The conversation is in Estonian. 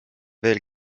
veel